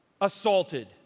assaulted